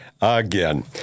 again